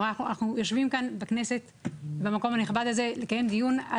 אנחנו יושבים כאן בכנסת במקום הנכבד הזה מתקיים דיון על